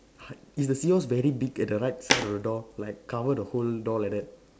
is the seahorse very big at the right side of the door like cover the whole door like that